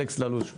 אלכס ללוש.